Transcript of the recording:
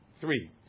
Three